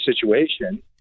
situation